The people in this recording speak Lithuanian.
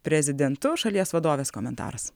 prezidentu šalies vadovės komentaras